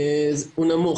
הוא נמוך.